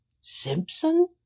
Simpson